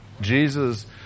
Jesus